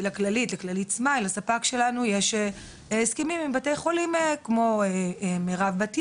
לכללית סמייל הספק שלנו יש הסכמים עם בתי חולים כמו מ.ר.ב בת ים,